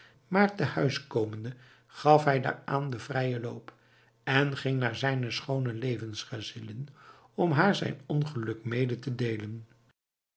maar te huis komende gaf hij daaraan den vrijen loop en ging naar zijne schoone levensgezellin om haar zijn ongeluk mede te deelen